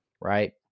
right